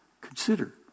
Consider